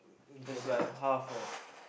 that's like half leh